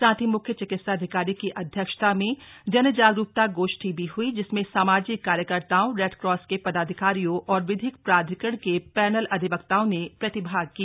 साथ ही मुख्य चिकित्साधिकारी की अध्यक्षता में जनजागरूकता गोष्ठी भी हई जिसमें सामाजिक कार्यकर्ताओं रेडक्रॉस के पदाधिकारियों और विधिक प्राधिकरण के पैनल अधिवक्ताओं ने प्रतिभाग किया